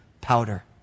powder